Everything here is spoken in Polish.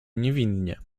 niewinnie